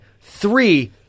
three